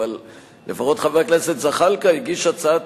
אבל לפחות חבר הכנסת זחאלקה הגיש הצעת